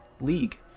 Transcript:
league